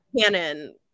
canon